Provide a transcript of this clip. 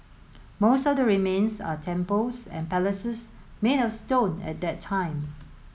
most of the remains are temples and palaces made of stone at that time